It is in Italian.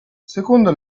secondo